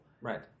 right